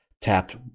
tapped